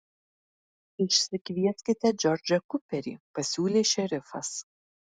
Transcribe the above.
išsikvieskite džordžą kuperį pasiūlė šerifas